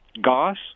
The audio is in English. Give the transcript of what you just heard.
Goss